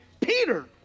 Peter